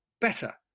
better